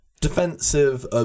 defensive